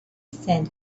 sand